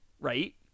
Right